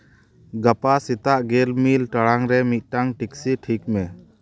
ᱜᱟᱯᱟ ᱥᱮᱛᱟᱜ ᱜᱮᱞ ᱢᱤᱫ ᱴᱟᱲᱟᱝ ᱨᱮ ᱢᱤᱫᱴᱟᱱ ᱴᱮᱠᱥᱤ ᱴᱷᱤᱠ ᱢᱮ